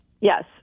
Yes